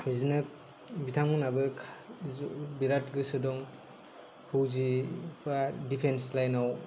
बिदिनो बिथांमोनाबो बिराद गोसो दं फौजि बा दिफेन्स लाइन आव